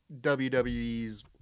WWE's